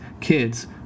kids